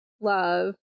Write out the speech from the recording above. love